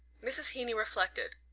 mrs. heeny reflected.